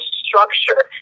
structure